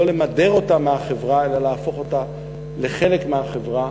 למדר אותה מהחברה אלא להפוך אותה לחלק מהחברה,